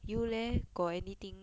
you leh got anything